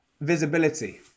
Visibility